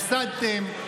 הפסדתם,